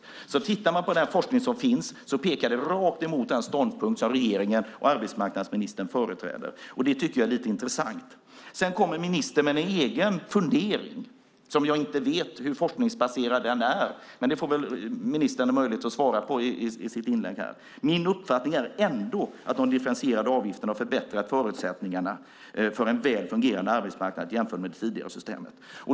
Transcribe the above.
Tittar man alltså på den forskning som finns ser man att den pekar rakt emot den ståndpunkt som regeringen och arbetsmarknadsministern företräder, och det tycker jag är lite intressant. Sedan kommer ministern med en egen fundering, och jag vet inte hur forskningsbaserad den är, men det får ministern möjlighet att svara på i sitt inlägg. Hon säger: "Min uppfattning är ändå att de differentierade avgifterna har förbättrat förutsättningarna för en väl fungerande arbetsmarknad jämfört med det tidigare systemet."